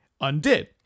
undid